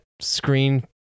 screen